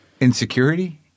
insecurity